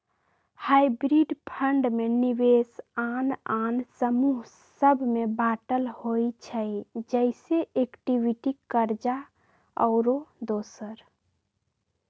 hybrid fund में निवेश आन आन समूह सभ में बाटल होइ छइ जइसे इक्विटी, कर्जा आउरो दोसर